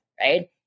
right